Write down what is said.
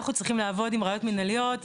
אנחנו צריכים לעבוד עם ראיות מנהליות,